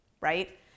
right